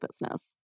business